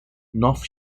north